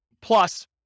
plus